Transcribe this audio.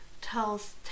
tells